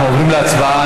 אנחנו עוברים להצבעה.